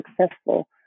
successful